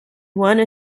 one